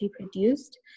produced